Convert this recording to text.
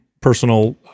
personal